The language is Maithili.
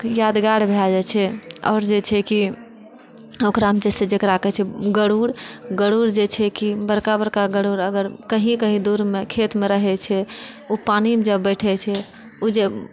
यादगार भए जाइ छै आओर जे छै कि ओकरामे जेकरा कहै छै गरुड़ गरुड़ जे छै कि अगर बड़का बड़का गरुड़ अगर कहीँ कहीँ दूरमे खेतमे रहै छै उ पानिमे जब बैठे छै उ जे